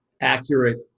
accurate